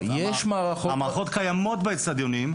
המערכות קיימות באצטדיונים.